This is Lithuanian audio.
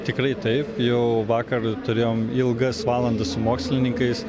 tikrai taip jau vakar turėjom ilgas valandas su mokslininkais